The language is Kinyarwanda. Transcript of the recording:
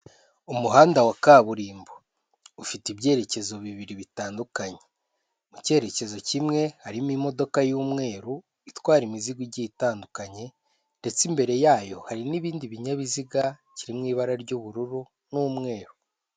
Umuhanda wa kaburimbo. Ufite ibyerekezo bibiri bitandukanye. Mu cyerekezo kimwe, harimo imodoka y'umweru, itwara imizigo igiye itandukanye ndetse imbere yayo hari n'ibindi binyabiziga kiri mu ibara ry'ubururu n'umweru.